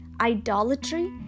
idolatry